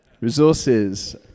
resources